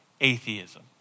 atheism